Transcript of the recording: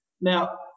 Now